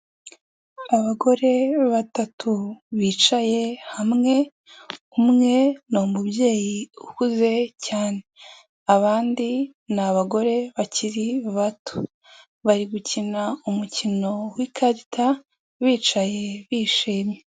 Abagore batatu bicaye hamwe, umwe ni umubyeyi ukuze cyane, abandi ni abagore bakiri bato bari gukina umukino w'ikarita bicaye bishimye.